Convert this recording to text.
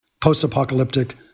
post-apocalyptic